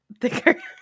Thicker